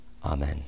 Amen